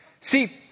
See